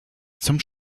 zum